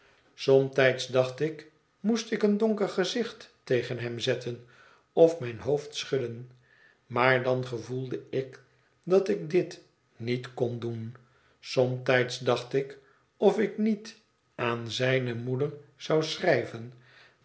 somtijds dacht ik moest ik een donker gezicht tegen hem zetten of mijn hoofd schudden maar dan gevoelde ik dat ik dit niet kon doen somtijds dacht ik of ik niet aan zijne moeder zou schrijven